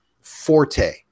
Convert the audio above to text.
forte